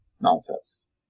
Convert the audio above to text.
Nonsense